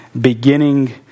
beginning